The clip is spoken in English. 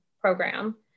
program